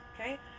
Okay